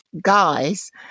guys